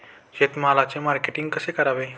शेतमालाचे मार्केटिंग कसे करावे?